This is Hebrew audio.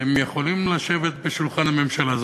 אתם יכולים לשבת בשולחן הממשלה,